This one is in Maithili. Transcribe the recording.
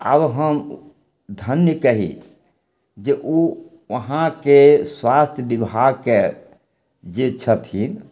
आब हम धन्य कही जे ओ वहाँके स्वास्थ्य विभागके जे छथिन